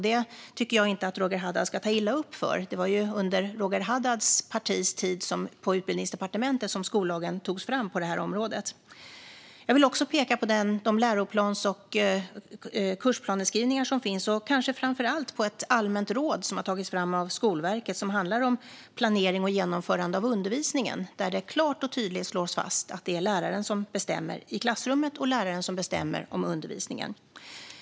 Det tycker jag inte att Roger Haddad ska ta illa upp för; det var ju under Roger Haddads partis tid på Utbildningsdepartementet som skollagen togs fram på det här området. Jag vill också peka på de läroplans och kursplansskrivningar som finns, och kanske framför allt på ett allmänt råd som har tagits fram av Skolverket och som handlar om planering och genomförande av undervisningen. Där slås det klart och tydligt fast att det är läraren som bestämmer i klassrummet och läraren som bestämmer om undervisningen.